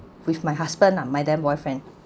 with my husband lah my then boyfriend